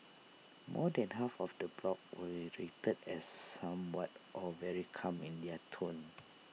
more than half of the blogs were rated as somewhat or very calm in their tone